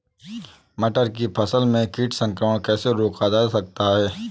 मटर की फसल में कीट संक्रमण कैसे रोका जा सकता है?